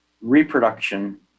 reproduction